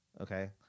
okay